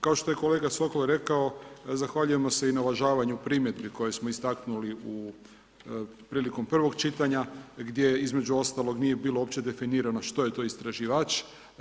Kao što je kolega Sokol rekao, zahvaljujemo se i na uvažavanju primjedbi koje smo istaknuli prilikom prvog čitanja gdje između ostalog nije bilo uopće definirano što je to istraživač.